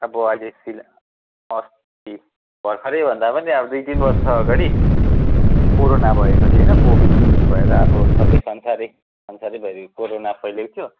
अब अहिले फिल अस्ति भर्खरै भन्दा पनि अब दुई तिन बर्ष अगाडि कोरोना भएको थियो होइन कोभिड भएर अब सबै संसारै संसारैभरि कोरोना फैलिएको थियो